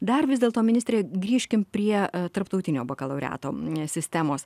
dar vis dėlto ministrė grįžkim prie tarptautinio sistemos